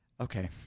Okay